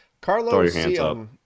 Carlos